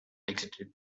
exited